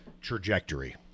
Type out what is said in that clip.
trajectory